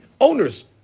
owners